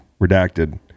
Redacted